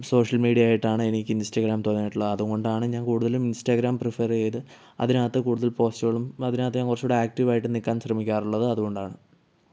social media ആയിട്ടാണ് എനിക്ക് Instagram തോന്നിയിട്ടുള്ളത് അതുകൊണ്ടാണ് ഞാൻ കൂടുതലും ഇൻസ്റ്റഗ്രാം പ്രിഫർ ചെയ്ത് അതിനകത്ത് കൂടുതൽ പോസ്റ്റുകളും അതിനകത്ത് ഞാൻ കുറച്ച് കൂടെ ആക്റ്റീവ് ആയിട്ട് നിക്കാൻ ശ്രമിക്കാറുള്ളതും അതുകൊണ്ടാണ്